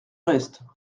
reste